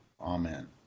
Amen